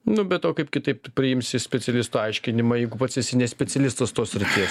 nu be to kaip kitaip tu priimsi specialisto aiškinimą jeigu pats esi ne specialistas tos rūšies